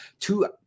two